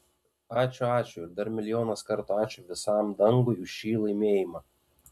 ačiū ačiū ir dar milijonus kartų ačiū visam dangui už šį laimėjimą